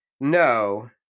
no